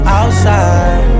outside